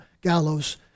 gallows